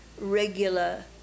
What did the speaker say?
regular